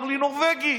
אמר לי: נורבגי.